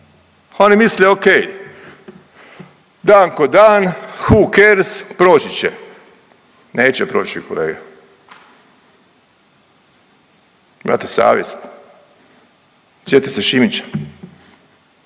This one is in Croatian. Oni misle okej, dan ko dan, hu kers, proći će. Neće proći kolege. Imate savjest? Sjetite se Šimića,